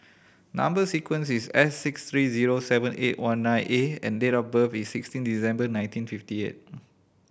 number sequence is S six three zero seven eight one nine A and date of birth is sixteen December nineteen fifty eight